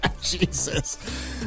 Jesus